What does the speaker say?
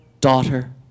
daughter